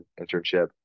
internship